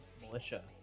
militia